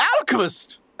Alchemist